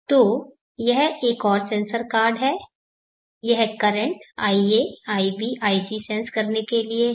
तो यह एक और सेंसर कार्ड है यह current ia ib ic sense करने के लिए है